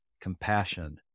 compassion